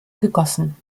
gegossen